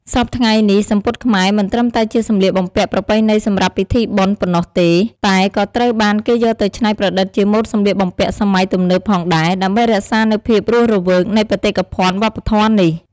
សព្វថ្ងៃនេះ សំពត់ខ្មែរមិនត្រឹមតែជាសំលៀកបំពាក់ប្រពៃណីសម្រាប់ពិធីបុណ្យប៉ុណ្ណោះទេ តែក៏ត្រូវបានគេយកទៅច្នៃប្រឌិតជាម៉ូដសម្លៀកបំពាក់សម័យទំនើបផងដែរ ដើម្បីរក្សានូវភាពរស់រវើកនៃបេតិកភណ្ឌវប្បធម៌នេះ។